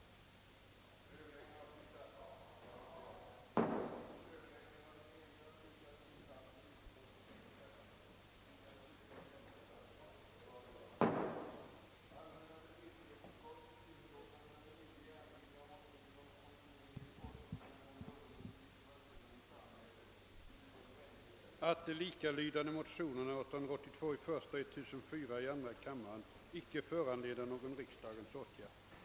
riktning av en kontinuerlig forskning angående ungdomens situation i samhället.